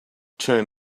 turn